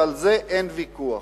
ועל כך אין ויכוח.